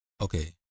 Okay